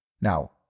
Now